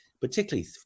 particularly